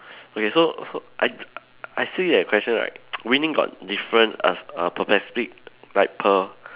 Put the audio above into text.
okay so so I I see that question right winning got different err s~ err specific like per~